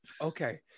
okay